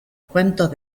cuentos